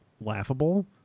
laughable